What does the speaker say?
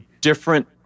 different